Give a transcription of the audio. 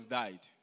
died